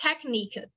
technique